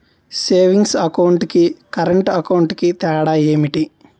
Savings account కి current account కి తేడా ఏమిటి?